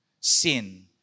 sin